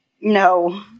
No